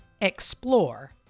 EXPLORE